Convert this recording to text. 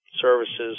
services